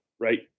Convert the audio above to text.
right